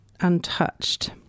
untouched